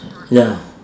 ya